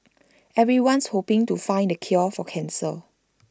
everyone's hoping to find the cure for cancer